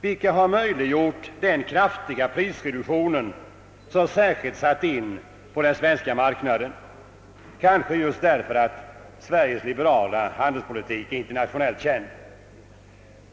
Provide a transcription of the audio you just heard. vilka möjliggjort den kraftiga prisreduktion som särskilt har satt in på den svenska marknaden — kanske just därför att Sveriges liberala handelspolitik är internationellt känd.